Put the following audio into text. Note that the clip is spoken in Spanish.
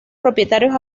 propietarios